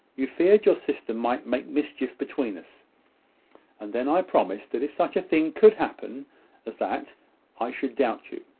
you feared your sister might make mischief between us and then i promised that if such a thing could happen as that i should doubt you,